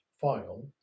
file